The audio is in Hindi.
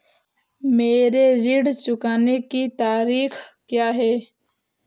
मेरे ऋण को चुकाने की तारीख़ क्या है?